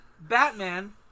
Batman